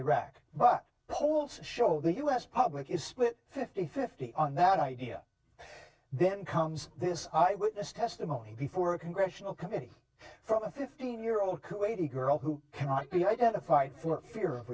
iraq but polls show the u s public is split fifty fifty on that idea and then comes this eyewitness testimony before a congressional committee from a fifteen year old kuwaiti girl who cannot be identified for fear of